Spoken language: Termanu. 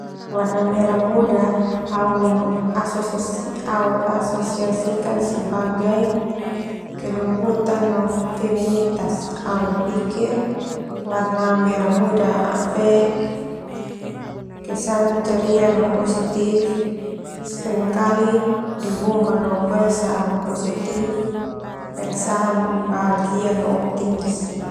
Warna merah mudah au mengaso-mengasosiasikan sebagai kelembutan no feminitas. Au berpikir warna merah muda fe kesan ceria no positif seringkali dihubungkan no perasaan positif, perasaan bahagia, no optimis.